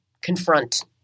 confront